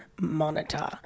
monitor